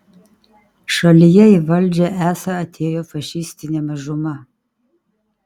šalyje į valdžią esą atėjo fašistinė mažuma